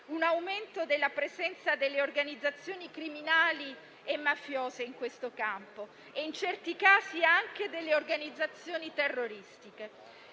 un aumento della presenza delle organizzazioni criminali e mafiose in questo campo e in certi casi anche delle organizzazioni terroristiche.